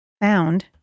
found